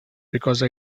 because